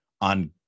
on